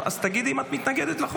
אז תגידי אם את מתנגדת לחוק.